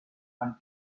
until